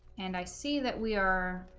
and i see that we are